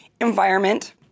Environment